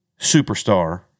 superstar